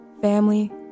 family